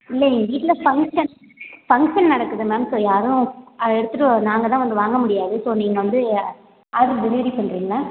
இல்லை எங்கள் வீட்டில் பங்சன் பங்சன் நடக்குது மேம் ஸோ யாரும் அது எடுத்துகிட்டு வர நாங்கள் வந்து வாங்க முடியாது ஸோ நீங்கள் வந்து ஆர்டர் டெலிவரி பண்ணுறீங்களா